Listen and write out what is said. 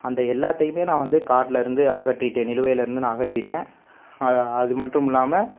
அந்த எல்லாத்தையுமே நான் வந்து கார்டில் இருந்து அகற்றிட்டேன் நிலுவையில் இருந்து நான் அகற்றிட்டேன் அதுமட்டுமில்லாமல்